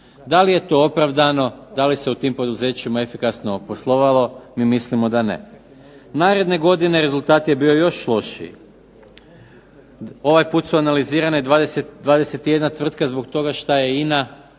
Da li je to opravdano, da li se u tim poduzećima efikasno poslovalo? Mi mislimo da ne. Naredne godine rezultat je bio još lošiji. Ovaj put su analizirane 21 tvrtka zbog toga što je INA